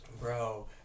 bro